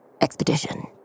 expedition